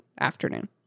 afternoon